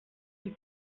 die